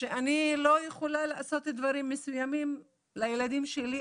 שאני לא יכולה לעשות דברים מסוימים לילדים שלי,